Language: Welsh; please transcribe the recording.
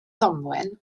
ddamwain